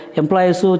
employees